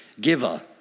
giver